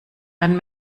ein